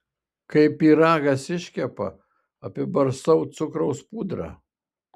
kai pyragas iškepa apibarstau cukraus pudra